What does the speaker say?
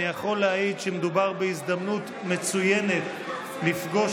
אני יכול להעיד שמדובר בהזדמנות מצוינת לפגוש